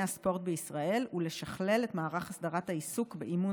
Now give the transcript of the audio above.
הספורט בישראל ולשחרר את מערך הסדרת העיסוק באימון